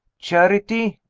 charity?